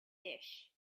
dish